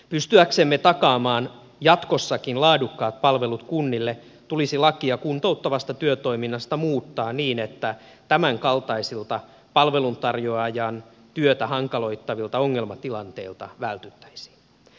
pystyäksemme takaamaan jatkossakin laadukkaat palvelut kunnille tulisi lakia kuntouttavasta työtoiminnasta muuttaa niin että tämän kaltaisilta palveluntarjoajan työtä hankaloittavilta ongelmatilanteilta vältyttäisiin